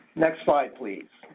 next slide please.